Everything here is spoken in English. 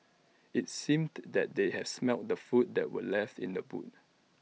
IT seemed that they had smelt the food that were left in the boot